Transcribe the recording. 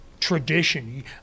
tradition